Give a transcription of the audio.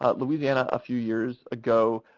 ah louisiana a few years ago